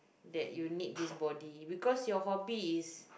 that you need this body because your hobby is